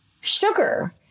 sugar